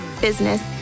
business